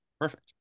perfect